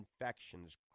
infections